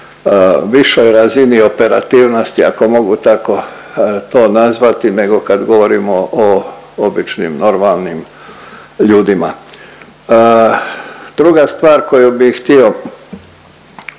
višoj razini operativnosti, ako to mogu tako nazvati, nego kad govorimo o običnim normalnim ljudima. Druga stvar koju bi htio